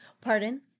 pardon